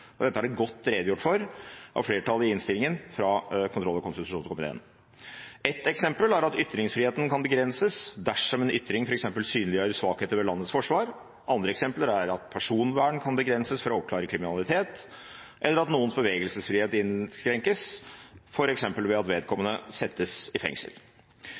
Dette er det godt redegjort for av flertallet i innstillingen fra kontroll- og konstitusjonskomiteen. Et eksempel er at ytringsfriheten kan begrenses dersom en ytring f.eks. synliggjør svakheter ved landets forsvar. Andre eksempler er at personvern kan begrenses for å oppklare kriminalitet, eller at noens bevegelsesfrihet innskrenkes, f.eks. ved at vedkommende settes i fengsel.